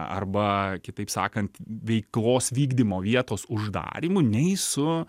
arba kitaip sakant veiklos vykdymo vietos uždarymu nei su